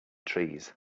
trees